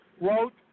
wrote